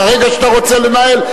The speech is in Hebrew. ברגע שאתה רוצה לנהל,